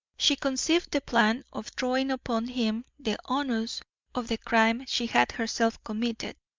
she conceived the plan of throwing upon him the onus of the crime she had herself committed,